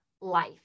life